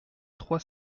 trois